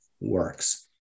works